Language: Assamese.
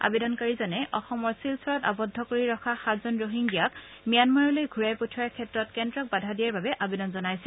আবেদনকাৰী জনে অসমৰ শিলচৰত আৱদ্ধ কৰি ৰখা সাতজন ৰহিংগীয়াক ম্যানমাৰলৈ ঘূৰাই পঠিওৱাৰ ক্ষেত্ৰত কেন্দ্ৰক বাধা দিয়াৰ বাবে আবেদন জনাইছে